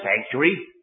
sanctuary